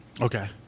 Okay